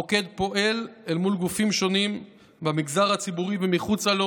המוקד פועל מול גופים שונים במגזר הציבורי ומחוצה לו